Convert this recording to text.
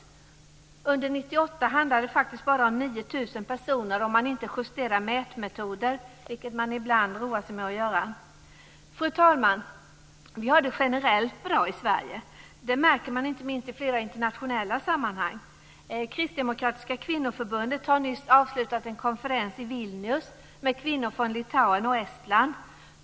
Under 1998 handlade det faktiskt bara om 9 000 personer om man inte justerar mätmetoder, vilket man ibland roar sig med att göra. Fru talman! Vi har det generellt bra i Sverige. Det märker man inte minst i flera internationella sammanhang. Kristdemokratiska kvinnoförbundet har nyss avslutat en konferens i Vilnius med kvinnor från Litauen och Estland.